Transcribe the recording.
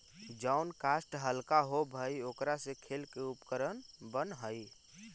जउन काष्ठ हल्का होव हई, ओकरा से खेल के उपकरण बनऽ हई